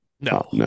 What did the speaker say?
No